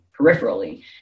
peripherally